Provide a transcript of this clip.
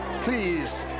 Please